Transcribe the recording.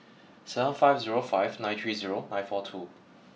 seven five zero five nine three zero nine four two